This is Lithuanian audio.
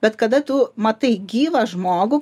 bet kada tu matai gyvą žmogų